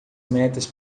metas